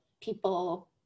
people